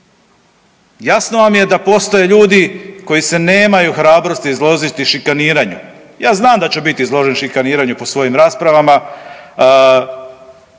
Jasno vam je da postoje ljudi koji se nemaju hrabrosti izložiti šikaniranju, ja znam da ću biti izložen šikaniranju po svojim raspravama,